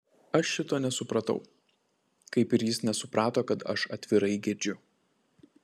aš šito nesupratau kaip ir jis nesuprato kad aš atvirai gedžiu